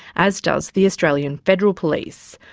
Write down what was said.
as does the australian federal police.